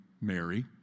Mary